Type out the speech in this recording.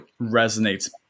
resonates